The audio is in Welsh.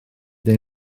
neu